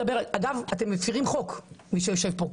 אגב, אתם מפרים חוק, מי שיושב פה.